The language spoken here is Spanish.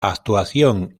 actuación